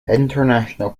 international